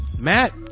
Matt